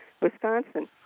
Wisconsin